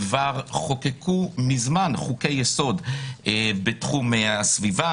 כבר חוקקו מזמן חוקי יסוד בתחום הסביבה.